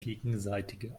gegenseitige